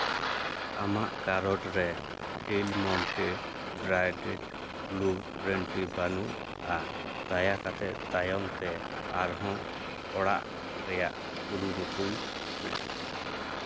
ᱟᱢᱟᱜ ᱠᱟᱨᱚᱴ ᱨᱮ Del Monte braided blue brand ᱴᱤ ᱵᱟᱹᱱᱩᱜᱼᱟ ᱫᱟᱭᱟ ᱠᱟᱛᱮᱫ ᱛᱟᱭᱚᱢ ᱛᱮ ᱟᱨᱦᱚᱸ ᱚᱲᱟᱜ ᱨᱮᱭᱟᱜ ᱠᱩᱨᱩᱢᱩᱴᱩᱭ ᱢᱮ